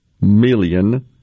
million